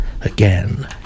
again